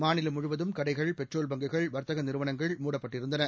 மாநிலம் முழுவதும் கடைகள் பெட்ரோல் பங்க்குகள் வர்த்தக நிறுவனங்கள் மூடப்பட்டிருந்தன